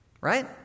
right